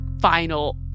final